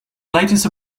latest